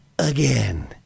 Again